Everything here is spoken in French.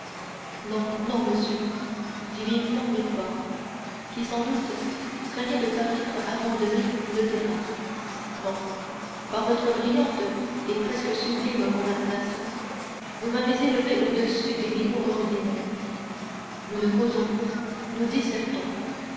non non monsieur dit vivement villefort qui sans doute craignait de paraître abandonner le terrain non par votre brillante et presque sublime conversation vous m'avez élevé au-dessus des niveaux ordinaires nous ne causons plus nous dissertons